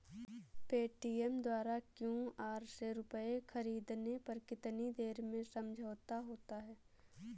Paytm द्वारा QR से रूपए ख़रीदने पर कितनी देर में समझौता होता है?